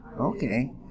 Okay